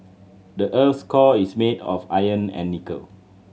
the earth's core is made of iron and nickel